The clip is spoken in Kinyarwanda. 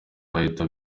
bahita